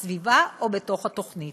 בסביבה, או בתוכנית.